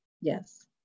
Yes